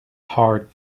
hard